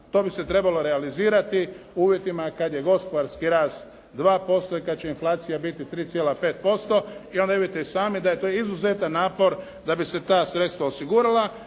to bi se trebalo realizirati u uvjetima kada je gospodarski rast 2% i kada će inflacija biti 3,5%. I onda vidite i sami da je to izuzetan napor da bi se ta sredstva osigurala.